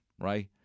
right